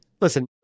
listen